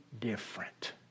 different